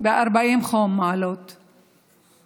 ב-40 מעלות חום.